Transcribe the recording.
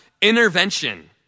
intervention